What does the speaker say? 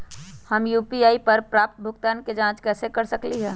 हम यू.पी.आई पर प्राप्त भुगतान के जाँच कैसे कर सकली ह?